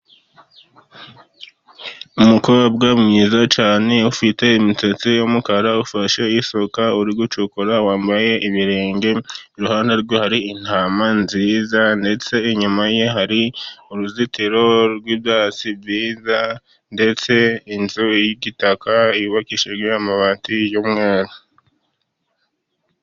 Umukobwa mwiza cyane ufite imisatsi y'umukara, ufashe isuka uri gucukura wambaye ibirenge. Iruhande rwe hari intama nziza, ndetse inyuma ye hari uruzitiro rw'ibyasi byiza, ndetse inzu y'igitaka yubakishijwe amabati y'umweru.